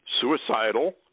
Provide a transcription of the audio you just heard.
suicidal